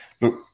Look